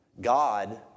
God